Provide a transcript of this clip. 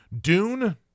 Dune